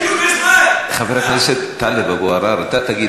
אז לא היה יותר קל לעשות את זה מפה, אדוני?